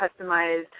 customized